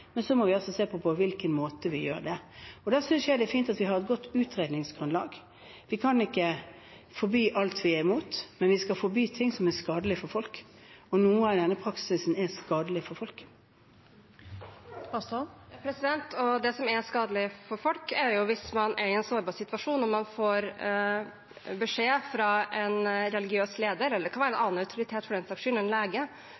men vi må se på hvilken måte vi gjør det på. Da synes jeg det er fint at vi har et godt utredningsgrunnlag. Vi kan ikke forby alt vi er imot, men vi skal forby ting som er skadelig for folk, og noe av denne praksisen er skadelig for folk. Det blir oppfølgingsspørsmål – først Une Bastholm. Det som er skadelig for folk, er jo hvis man er i en sårbar situasjon og man får beskjed fra en religiøs leder, eller en annen autoritet, for den saks skyld, f.eks. en